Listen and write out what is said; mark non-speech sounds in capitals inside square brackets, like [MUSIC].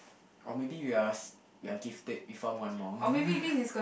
or maybe we are s~ we are gifted we found one more [LAUGHS]